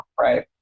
Right